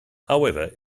however